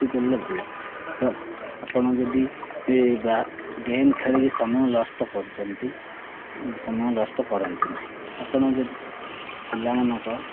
ଏତିକି କଲେ ଭଲ ଆପଣ ଯଦି ବା ଗେମ୍ ଖେଳିକରି ସମୟ ନଷ୍ଟ କରୁଛନ୍ତି ସମୟ ନଷ୍ଟ କରନ୍ତୁ ନାହିଁ ଆପଣ ଯଦି ପିଲାମାନଙ୍କ